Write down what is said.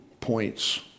points